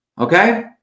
Okay